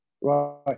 Right